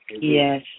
Yes